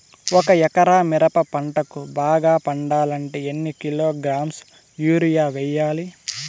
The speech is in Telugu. ఒక ఎకరా మిరప పంటకు బాగా పండాలంటే ఎన్ని కిలోగ్రామ్స్ యూరియ వెయ్యాలి?